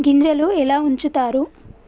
గింజలు ఎలా ఉంచుతారు?